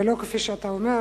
ולא כפי שאתה אומר.